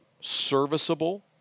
serviceable